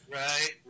right